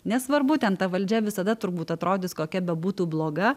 nesvarbu ten ta valdžia visada turbūt atrodys kokia bebūtų bloga